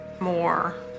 more